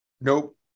nope